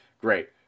Great